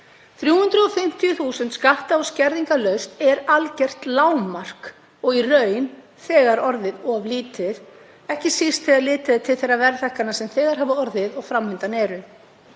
350.000 kr. skatta- og skerðingarlaust er algjört lágmark og í raun þegar orðið of lítið, ekki síst þegar litið er til þeirra verðhækkana sem þegar hafa orðið og sem fram undan eru.